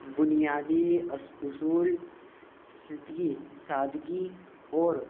بنیادی اصول سادگی اور